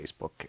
Facebook